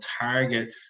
target